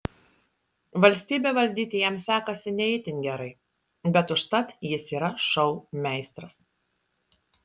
valstybę valdyti jam sekasi ne itin gerai bet užtat jis yra šou meistras